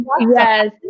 yes